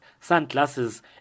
sunglasses